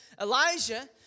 Elijah